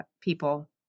people